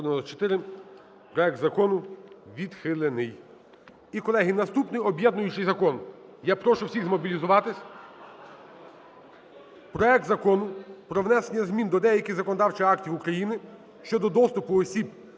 Проект закону відхилений.